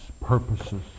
purposes